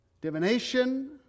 divination